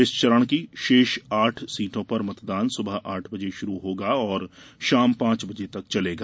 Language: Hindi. इस चरण की शेष आठ सीटो पर मतदान सुबह आठ बजे शुरू होगा और शाम पांच बजे तक चलेगा